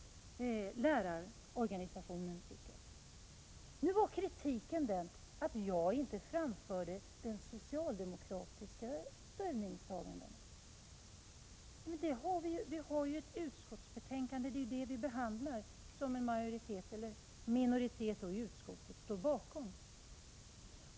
Kritiken gällde nu att jag inte framförde de socialdemokratiska ställningstagandena. Men de står ju i utskottets betänkande. Vi behandlar det som en minoritet i utskottet står bakom.